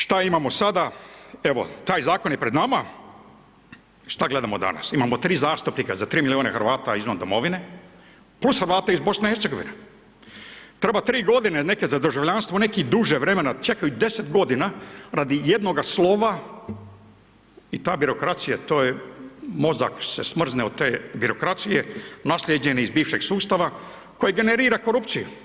Šta imamo sada, evo taj zakon je pred nama, šta gledamo danas, imamo 3 zastupnika za 3 miliona Hrvata izvan domovine, plus Hrvate iz BiH, treba 3 godine neke za državljanstvo, neki druže vremena čekaju 10 godina radi jednoga slova i ta birokracija to je, mozak se smrzne od te birokracije naslijeđene iz bivšeg sustava koji generira korupciju.